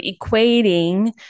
equating